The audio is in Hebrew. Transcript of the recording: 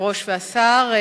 היושב-ראש והשר,